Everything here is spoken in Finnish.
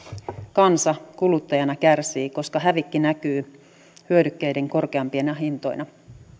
kansa kuluttajana kärsii koska hävikki näkyy hyödykkeiden korkeampina hintoina